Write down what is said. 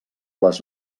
les